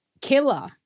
killer